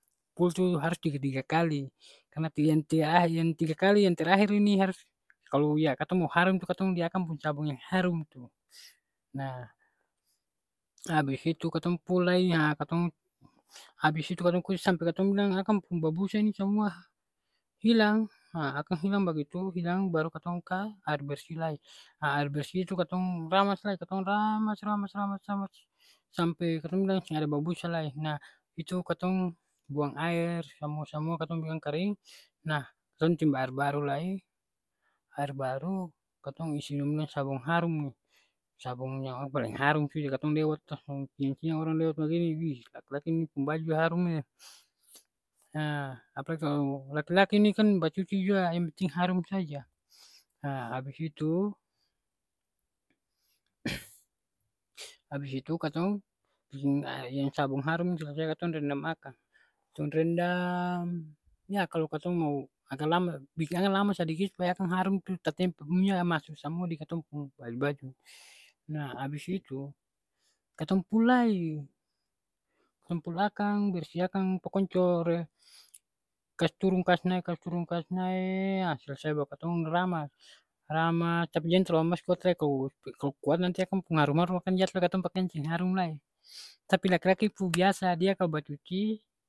Spul tu harus tiga tiga kali, karna tiga yang teah yang tiga kali yang terakhir ini harus kalo ya katong mau harum tu katong lia akang pung sabong yang harum tu. Nah, abis itu katong pul lai, ha katong abis itu katong kuca sampe katong bilang akang pung babusa ni samua hilang, ha akang hilang bagitu hilang baru katong ka air bersih lai. Ha air bersih itu katong ramas lai, katong ramas ramas ramas ramas sampe katong bilang seng ada babusa lai. Nah, itu katong buang aer samua-samua katong biking akang karing, nah katong timba aer baru lai, aer baru, katong isi dong bilang sabong harum ni. Sabong yang akang paleng harum sudah, katong lewat, siang-siang orang lewat bagini, wih lak-laki ni pung baju harum e. Ha apalagi kalo laki-laki ni kan bacuci jua yang penting harum saja. Ha abis itu, abis itu katong biking e yang sabong harum itu, katong rendam akang. Katong rendam, ya kalo katong mau agak lama, biking akang lama sadiki, supaya akang harum tu tatempel. Munya masu samua di katong pung baju-baju. Nah abis itu, katong pul lai, katong pul akang, bersih akang, pokon core kas turun kas nae kasturun kas nae, ha selesai baru katong ramas. Ramas tapi jang talu ramas kuat lai kalo kalo kuat nanti akang pung harum harum akang jatoh lai katong pakiang seng harum lai. Tapi laki-laki pu biasa dia kalo bacuci